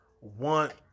want